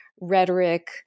rhetoric